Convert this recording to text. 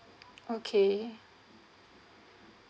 okay